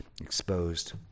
exposed